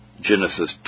Genesis